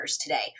today